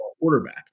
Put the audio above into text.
quarterback